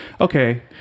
Okay